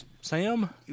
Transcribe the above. Sam